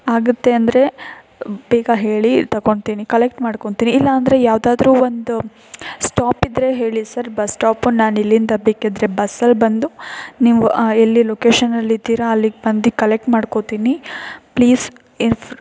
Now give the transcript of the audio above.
ಆಗತ್ತೆ ಅಂದರೆ ಬೇಗ ಹೇಳಿ ತಗೊತಿನಿ ಕಲೆಕ್ಟ್ ಮಾಡ್ಕೊತಿನಿ ಇಲ್ಲಾಂದರೆ ಯಾವುದಾದ್ರೂ ಒಂದು ಸ್ಟಾಪ್ ಇದ್ದರೆ ಹೇಳಿ ಸರ್ ಬಸ್ ಸ್ಟಾಪು ನಾನು ಇಲ್ಲಿಂದ ಬೇಕಿದ್ದರೆ ಬಸ್ಸಲ್ಲಿ ಬಂದು ನೀವು ಎಲ್ಲಿ ಲೊಕೇಶನ್ನಲ್ಲಿದ್ದೀರ ಅಲ್ಲಿಗೆ ಬಂದು ಕಲೆಕ್ಟ್ ಮಾಡ್ಕೋತೀನಿ ಪ್ಲೀಸ್ ಇಫ್